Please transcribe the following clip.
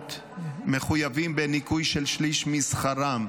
לגמלאות מחויבים בניכוי של שליש משכרם,